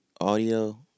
Audio